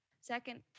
Second